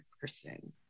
person